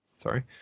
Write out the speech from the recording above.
Sorry